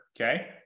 Okay